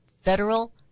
federal